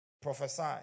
Prophesy